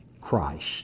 Christ